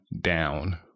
down